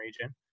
region